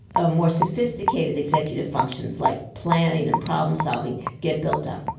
ah more sophisticated executive functions like planning and problem solving get built up